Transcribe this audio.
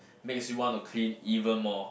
makes me want to clean even more